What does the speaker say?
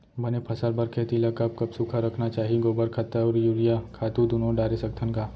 बने फसल बर खेती ल कब कब सूखा रखना चाही, गोबर खत्ता और यूरिया खातू दूनो डारे सकथन का?